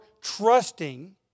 trusting